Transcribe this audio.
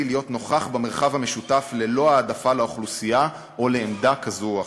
להיות נוכח במרחב המשותף ללא העדפה לאוכלוסייה או לעמדה כזאת או אחרת.